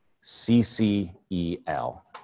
C-C-E-L